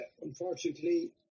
unfortunately